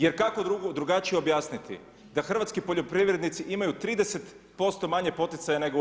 Jer kako drugačije objasniti da hrvatski poljoprivrednici imaju 30% manje poticaja nego u EU.